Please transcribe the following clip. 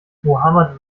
mohammad